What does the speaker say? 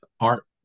Art